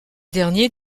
derniers